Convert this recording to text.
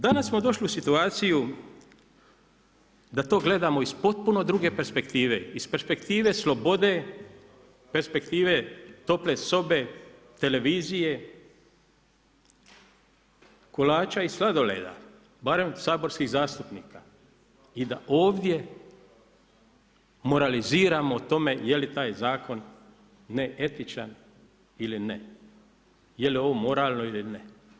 Danas smo došli u situaciju da to gledamo iz potpuno druge perspektive, iz perspektive slobode, perspektive tople sobe, televizije, kolača i sladoleda barem saborskih zastupnika i da ovdje moraliziramo o tome je li taj zakon neetičan ili ne, je li ovo moralno ili ne.